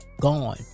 gone